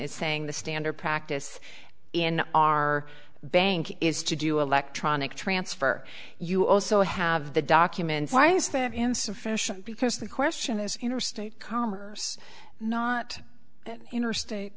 is saying the standard practice in our bank is to do electronic transfer you also have the documents why is that insufficient because the question is interstate commerce not interstate